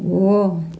हो